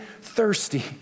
thirsty